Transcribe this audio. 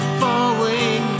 falling